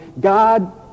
God